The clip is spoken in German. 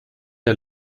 der